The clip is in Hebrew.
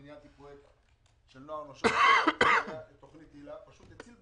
ניהלתי פרויקט של נוער נושר ותוכנית היל"ה פשוטה הצילה